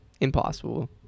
Impossible